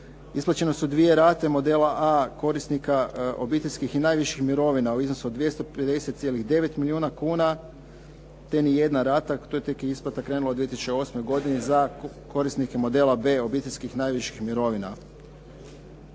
Isplaćene su dvije rate modela A korisnika obiteljskih i najviših mirovina u iznosu od 250,9 milijuna kuna, te niti jedna rata, to je tek isplata krenula u 2008. godini za korisnike modela B obiteljskih najviših mirovina.